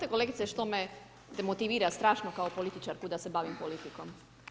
Znate kolegice što me demotivira strašno kao političarku da se bavim politikom?